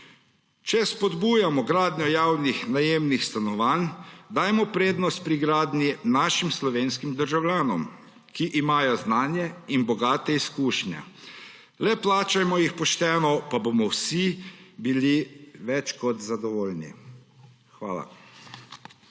Če spodbujamo gradnjo javnih najemnih stanovanj, dajmo prednost pri gradnji našim slovenskim državljanom, ki imajo znanje in bogate izkušnje, le plačajmo jih pošteno pa bomo vsi več kot zadovoljni. Hvala.